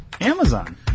Amazon